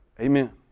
Amen